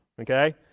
Okay